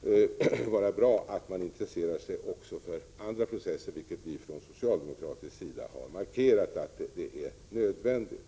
Det kan vara bra att moderaterna intresserar sig också för andra processer, vilket vi från socialdemokratisk sida har markerat är nödvändigt.